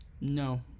No